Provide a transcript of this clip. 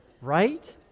Right